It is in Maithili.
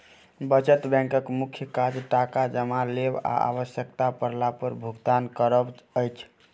बचत बैंकक मुख्य काज टाका जमा लेब आ आवश्यता पड़ला पर भुगतान करब अछि